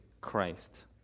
Christ